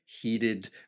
heated